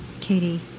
Katie